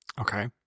Okay